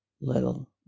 little